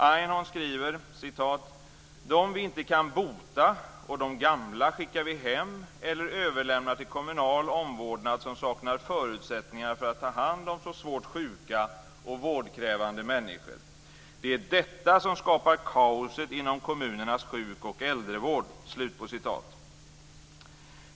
Einhorn skriver: "Dem vi inte kan bota och de gamla skickar vi hem eller överlämnar till kommunal omvårdnad som saknar förutsättningar för att ta hand om så svårt sjuka och vårdkrävande människor. Det är detta som skapar kaoset inom kommunernas sjukoch äldrevård."